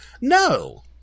No